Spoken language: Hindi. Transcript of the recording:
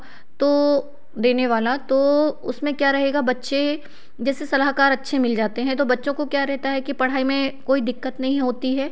तो उसमें क्या रहेगा बच्चे जैसे सलाहकार अच्छे मिल जाते हैं तो बच्चों को क्या रहता है की पढ़ाई में कोई दिक्कत नहीं होती है